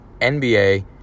NBA